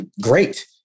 great